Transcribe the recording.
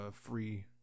free